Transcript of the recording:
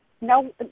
no